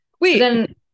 Wait